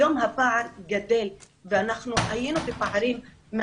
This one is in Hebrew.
היום הפער גדל, כשהיינו מההתחלה כבר בפערים.